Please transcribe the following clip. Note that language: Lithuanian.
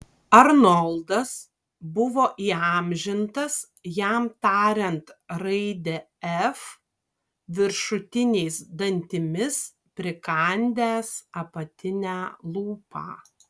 arnoldas buvo įamžintas jam tariant raidę f viršutiniais dantimis prikandęs apatinę lūpą